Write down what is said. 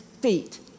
feet